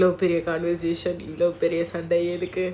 conversations இவ்ளோ பெரிய சண்டை இருக்கு:ivlo periya sanda irukku